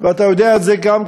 ואתה יודע את זה גם,